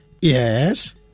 Yes